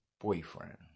boyfriend